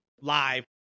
live